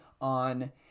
on